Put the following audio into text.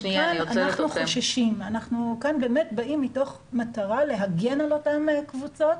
לכן אנחנו חוששים כי אנחנו באים מתוך מטרה להגן על אותן קבוצות,